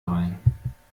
rein